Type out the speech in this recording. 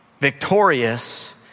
victorious